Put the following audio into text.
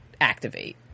activate